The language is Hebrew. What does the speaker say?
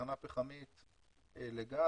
תחנה פחמית לגז.